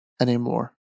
anymore